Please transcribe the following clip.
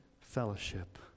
fellowship